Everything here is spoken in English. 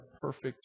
perfect